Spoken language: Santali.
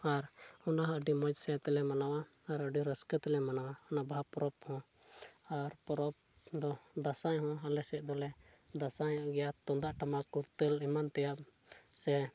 ᱟᱨ ᱚᱱᱟ ᱦᱚᱸ ᱟᱹᱰᱤ ᱢᱚᱡᱽ ᱥᱮᱫ ᱛᱮᱞᱮ ᱢᱟᱱᱟᱣᱟ ᱟᱨ ᱟᱹᱰᱤ ᱨᱟᱹᱥᱠᱟᱹ ᱛᱮᱞᱮ ᱢᱟᱱᱟᱣᱟ ᱵᱟᱦᱟ ᱯᱚᱨᱚᱵᱽ ᱦᱚᱸ ᱟᱨ ᱯᱚᱨᱚᱵᱽ ᱫᱚ ᱫᱟᱸᱥᱟᱭ ᱦᱚᱸ ᱟᱞᱮ ᱥᱮᱫ ᱫᱚᱞᱮ ᱫᱟᱸᱥᱟᱭᱚᱜ ᱜᱮᱭᱟ ᱛᱩᱢᱫᱟᱹᱜ ᱴᱟᱢᱟᱠ ᱠᱚᱨᱛᱟᱞ ᱮᱢᱟᱱ ᱛᱮᱭᱟᱜ ᱥᱮ